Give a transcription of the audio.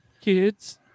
Kids